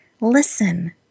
listen